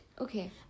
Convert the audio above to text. Okay